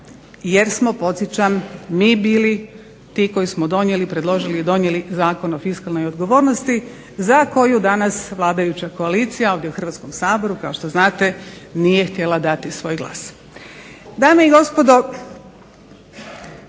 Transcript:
jer smo podsjećam mi bili koji smo donijeli, predloži, donijeli Zakon o fiskalnoj odgovornosti za koju danas vladajuća koalicija ovdje u Hrvatskom saboru kao što znate nije htjela dati svoj glas.